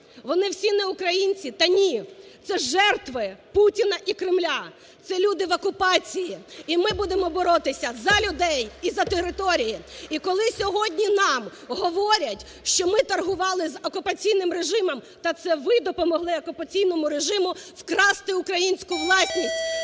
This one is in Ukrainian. вони всі не українці? Та ні, це жертви Путіна і Кремля, це люди в окупації, і ми будемо боротися за людей і за території. І коли сьогодні нам говорять, що ми торгували з окупаційним режимом, та це ви допомогли окупаційному режиму вкрасти українську власність.